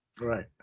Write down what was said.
Right